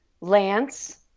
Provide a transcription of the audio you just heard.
Lance